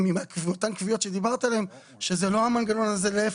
אותן קביעות עליהן דיברת שזה לא המנגנון הזה - להיפך.